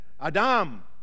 Adam